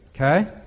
okay